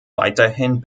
weiterhin